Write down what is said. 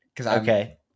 Okay